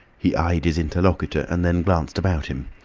he eyed his interlocutor, and then glanced about him.